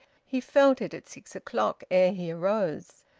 he felt it at six o'clock, ere he arose.